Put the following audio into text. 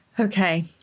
Okay